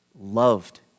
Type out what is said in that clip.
loved